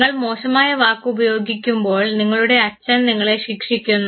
നിങ്ങൾ മോശമായ വാക്ക് ഉപയോഗിക്കുമ്പോൾ നിങ്ങളുടെ അച്ഛൻ നിങ്ങളെ ശിക്ഷിക്കുന്നു